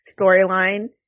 storyline